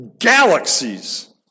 galaxies